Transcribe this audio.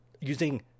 using